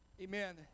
amen